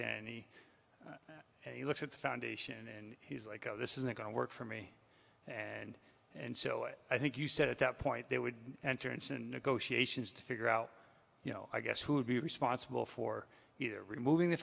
in any he looks at the foundation and he's like oh this isn't going to work for me and and so i think you said at that point they would enter into negotiations to figure out you know i guess who would be responsible for either removing the